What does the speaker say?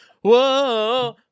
Whoa